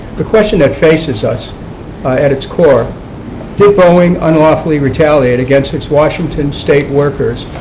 the question that faces us at its core did boeing unlawfully retaliate against its washington state workers,